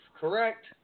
correct